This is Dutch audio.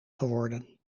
geworden